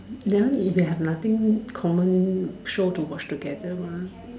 then they have nothing common show to watch together mah